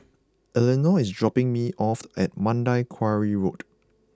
Elenor is dropping me off at Mandai Quarry Road